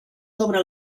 sobre